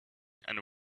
and